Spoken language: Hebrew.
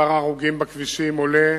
מספר ההרוגים בכבישים עולה